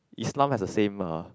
Islam has a same uh